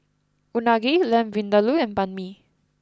Unagi Lamb Vindaloo and Banh Mi